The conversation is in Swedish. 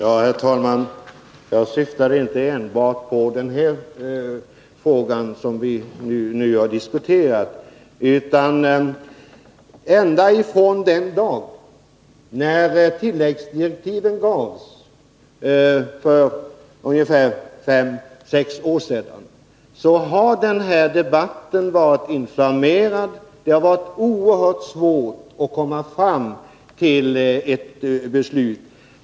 Herr talman! Jag syftade inte enbart på den fråga som vi nu har diskuterat utan ända tillbaka till den dag för fem å sex år sedan när tilläggsdirektiven gavs. Ända sedan dess har debatten varit inflammerad, och det har varit oerhört svårt att komma fram till ett beslut.